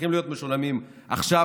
הולכים להיות משולמים עכשיו,